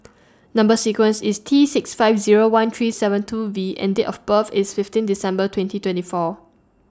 Number sequence IS T six five Zero one three seven two V and Date of birth IS fifteen December twenty twenty four